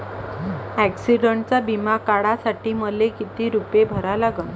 ॲक्सिडंटचा बिमा काढा साठी मले किती रूपे भरा लागन?